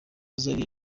zari